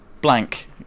Blank